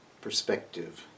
perspective